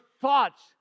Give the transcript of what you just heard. thoughts